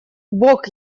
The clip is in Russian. бог